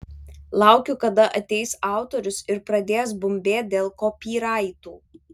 laukiu kada ateis autorius ir pradės bumbėt dėl kopyraitų